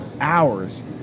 Hours